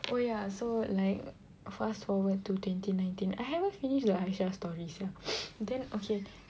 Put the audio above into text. oh ya so like fast forward to twenty nineteen I haven't finish the Aisyah story sia then okay